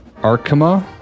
arkema